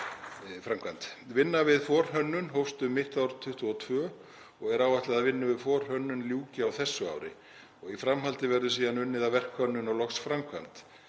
Vinnan við forhönnun hófst um mitt ár 2022 og er áætlað að vinnu við forhönnun ljúki á þessu ári og í framhaldi verði síðan unnið að verkhönnun og loks framkvæmd.